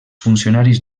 funcionaris